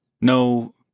no